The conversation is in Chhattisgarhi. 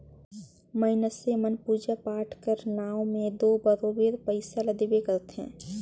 मइनसे मन पूजा पाठ कर नांव में दो बरोबेर पइसा ल देबे करथे